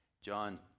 John